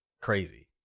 crazy